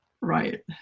Right